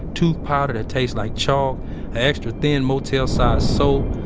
tooth powder that taste like chalk, a extra thin motel size soap.